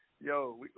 Yo